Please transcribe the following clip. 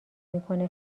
میکنه